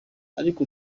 ariko